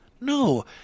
No